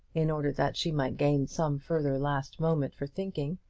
in order that she might gain some further last moment for thinking,